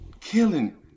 killing